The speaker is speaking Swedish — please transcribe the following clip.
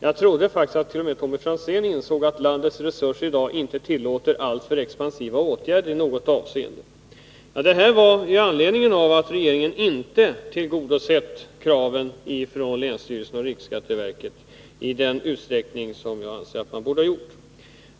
Jag trodde faktiskt att t.o.m. Tommy Franzén insåg att landets resurser i dag inte tillåter alltför expansiva åtgärder i något avseende.” Detta sades med anledning av att regeringen inte tillgodosett kraven från länsstyrelsen och riksskatteverket i den utsträckning som jag ansåg att man borde ha gjort.